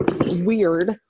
weird